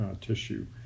tissue